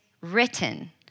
written